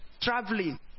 traveling